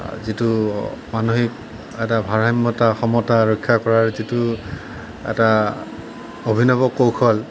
যিটো মানসিক এটা ভাৰসাম্যতা সমতা ৰক্ষা কৰাৰ যিটো এটা অভিনৱ কৌশল